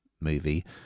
movie